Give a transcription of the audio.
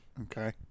Okay